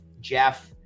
Jeff